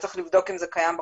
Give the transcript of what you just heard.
צריך לבדוק אם זה קיים בחוק.